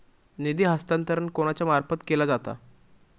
निधी हस्तांतरण कोणाच्या मार्फत केला जाता?